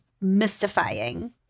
mystifying